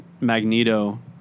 Magneto